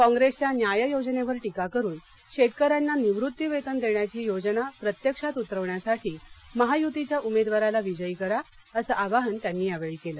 काँप्रेसच्या न्याय योजनेवर टीका करून शेतकऱ्यांना निवृत्तीवेतन देण्याची योजना प्रत्यक्षात उतरवण्यासाठी महायूतीच्या उमेदवाराला विजयी करा असं आवाहन त्यांनी यावेळी केलं